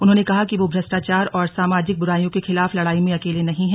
उन्होंने कहा कि वह भ्रष्टाचार और सामाजिक बुराइयों के खिलाफ लड़ाई में अकेले नहीं हैं